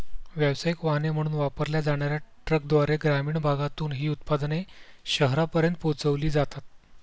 व्यावसायिक वाहने म्हणून वापरल्या जाणार्या ट्रकद्वारे ग्रामीण भागातून ही उत्पादने शहरांपर्यंत पोहोचविली जातात